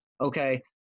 okay